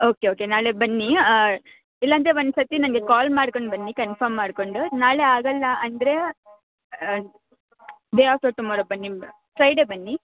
okay okay ನಾಳೆ ಬನ್ನಿ ಇಲ್ಲಂದರೆ ಒಂದು ಸರ್ತಿ ನನ್ಗೆ ಕಾಲ್ ಮಾಡ್ಕಂಡು ಬನ್ನಿ ಕನ್ಫರ್ಮ್ ಮಾಡ್ಕೊಂಡು ನಾಳೆ ಆಗೋಲ್ಲ ಅಂದರೆ ಡೇ ಆಫ್ಟರ್ ಟುಮಾರೊ ಬನ್ನಿ ಫ್ರೈಡೆ ಬನ್ನಿ